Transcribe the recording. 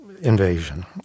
invasion